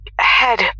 head